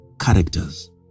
characters